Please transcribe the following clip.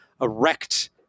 erect